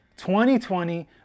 2020